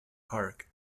park